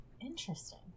interesting